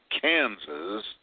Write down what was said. Kansas